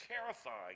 terrifying